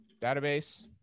database